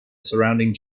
surrounding